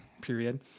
period